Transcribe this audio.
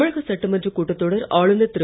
தமிழக சட்டமன்றக் கூட்டத் தொடர் ஆளுநர் திரு